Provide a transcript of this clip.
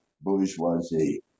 bourgeoisie